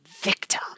victim